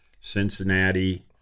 Cincinnati